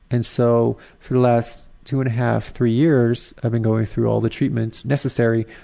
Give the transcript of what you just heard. and so for the last two-and-a-half, three years, i've been going through all the treatments necessary.